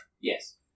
Yes